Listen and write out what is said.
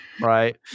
Right